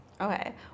Okay